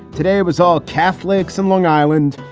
today it was all catholics in long island.